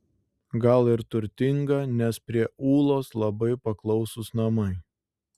gal ir turtinga nes prie ūlos labai paklausūs namai